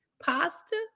pasta